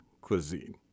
cuisine